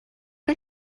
her